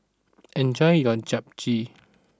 enjoy your Japchae